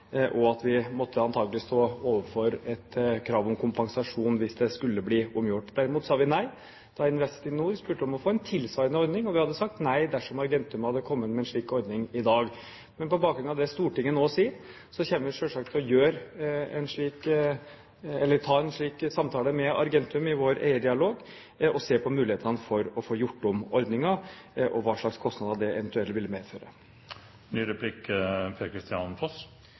og at vi antakelig måtte stå overfor et krav om kompensasjon hvis den skulle bli omgjort. Derimot sa vi nei da Investinor spurte om å få en tilsvarende ordning, og vi hadde sagt nei dersom Argentum hadde kommet med en slik ordning i dag. Men på bakgrunn av det Stortinget nå sier, kommer vi selvsagt til å ta en slik samtale med Argentum i vår eierdialog og se på mulighetene for å få gjort om ordningen, og hva slags kostnader det eventuelt ville